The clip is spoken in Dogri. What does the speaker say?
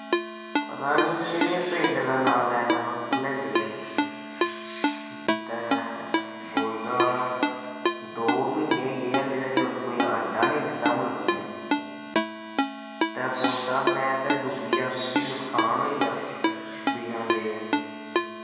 पता नी केह्ड़े पिंड दा नांऽ लैदा हा उत्थूं लेआंदे में ते बोलदा दो म्हीने होई गे हालें धोड़ी उन्नै कोई अंडा नी दित्ता मुर्गी ने ते बोलदा में ते डुब्बी गेआ मिगी ते नकसान होई गेआ बिना अंडे दे